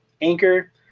Anchor